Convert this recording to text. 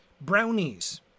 brownies